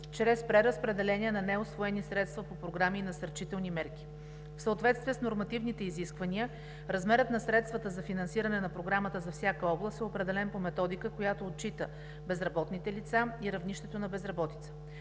чрез преразпределение на неусвоени средства по програми и насърчителни мерки. В съответствие с нормативните изисквания размерът на средствата за финансиране на програмата за всяка област е определен по методика, която отчита безработните лица и равнището на безработица.